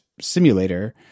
simulator